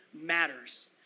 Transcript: matters